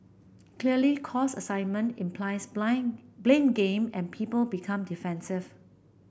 clearly cause assignment implies blame game and people become defensive